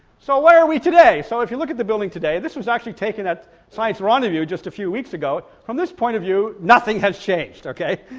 so where are we today? so if you look at the building today, this was actually taken at science rendezvous just a few weeks ago, from this point of view nothing has changed, okay.